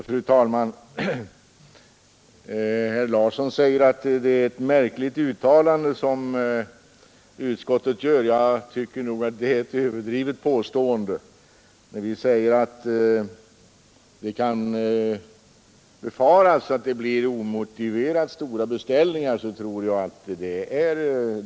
Fru talman! Herr Larsson i Umeå säger att det är ett märkligt uttalande som utskottet gör, men det tycker jag är ett överdrivet påstående. Jag tror man kan säga att det kan befaras bli omotiverat stora beställningar.